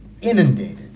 inundated